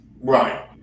Right